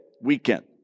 weekend